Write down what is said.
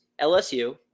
LSU